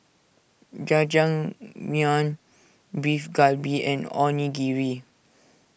Jajangmyeon Beef Galbi and Onigiri